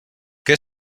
què